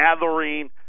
gathering